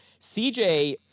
CJ